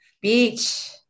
Beach